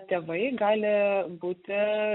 tėvai gali būti